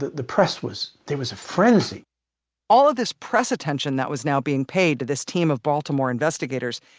the press was, there was a frenzy all of this press attention that was now being paid to this team of baltimore investigators.